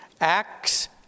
Acts